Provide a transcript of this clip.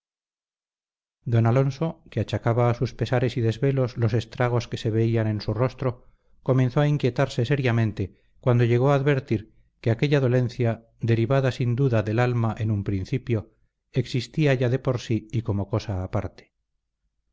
don alonso que achacaba a sus pesares y desvelos los estragos que se veían en su rostro comenzó a inquietarse seriamente cuando llegó a advertir que aquella dolencia derivada sin duda del alma en un principio existía ya de por sí y como cosa aparte